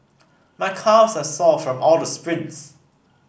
my calves are sore from all the sprints